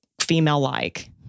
female-like